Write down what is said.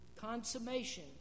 consummation